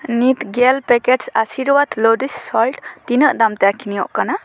ᱱᱤᱛ gel packets Aashirvaad iodized salt ᱛᱤᱱᱟᱹᱜ ᱫᱟᱢᱛᱮ ᱟᱹᱠᱷᱨᱤᱧᱚᱜ ᱠᱟᱱᱟ